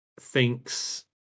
thinks